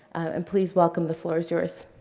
and please welcome, the floor is yours.